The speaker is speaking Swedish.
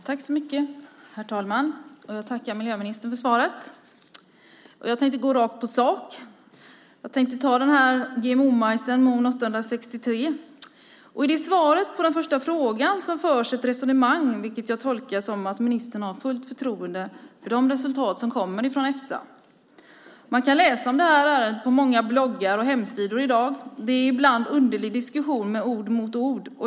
Herr talman! Jag tackar miljöministern för svaret. Jag tänkte gå rakt på sak. Jag tänkte ta GMO-majsen MON 863. I svaret på den första frågan förs ett resonemang, vilket jag tolkar som att ministern har fullt förtroende för de resultat som kommer från Efsa. Man kan läsa om det här ärendet på många bloggar och hemsidor i dag. Det är ibland en underlig diskussion med ord mot ord.